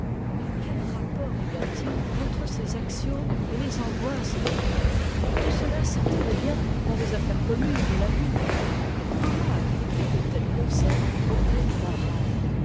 mais quel rapport y a-t-il entre ces axiomes et les angoisses du coeur tout cela sert très-bien dans les affaires communes de la vie mais comment appliquer de tels conseils aux peines morales